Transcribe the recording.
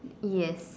yes